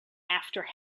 after